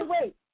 wait